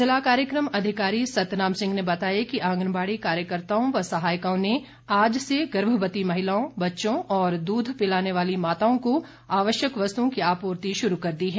जिला कार्यक्रम अधिकारी सतनाम सिंह ने बताया कि आंगनबाड़ी कार्यकर्ताओं व सहायिकाओं ने आज से गर्भवती महिलाओं बच्चों और दूध पिलाने वाली माताओं को आवश्यक वस्तुओं की आपूर्ति शुरू कर दी है